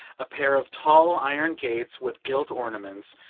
a pair of tall iron gates with gilt ornaments,